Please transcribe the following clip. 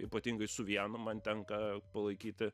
ypatingai su vienu man tenka palaikyti